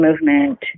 movement